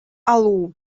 алуу